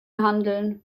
handeln